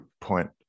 point